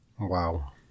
Wow